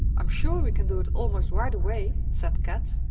i'm sure we can do it almost right away, said kat.